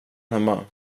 hemma